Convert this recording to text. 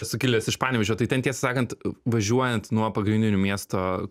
esu kilęs iš panevėžio tai ten tiesą sakant važiuojant nuo pagrindinių miesto